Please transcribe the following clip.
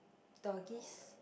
doggies